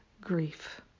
grief